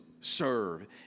serve